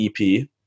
EP